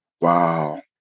Wow